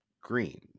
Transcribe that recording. green